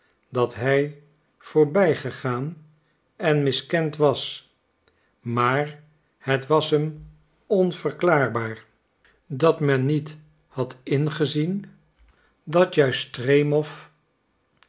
dat hij voorbijgegaan en miskend was maar het was hem onverklaarbaar dat men niet had ingezien dat juist stremow